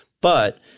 But-